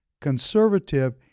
Conservative